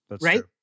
right